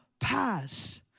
pass